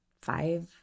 five